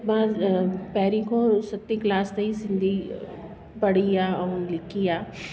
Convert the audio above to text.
मां अ पहिरीं खो सती क्लास ताईं सिंधी पढ़ी आहे ऐं लिखी आहे